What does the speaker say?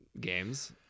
games